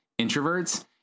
introverts